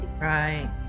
Right